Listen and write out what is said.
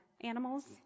animals